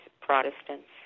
Protestants